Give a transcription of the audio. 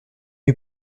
aux